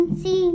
see